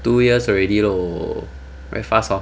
two years already lor very fast hor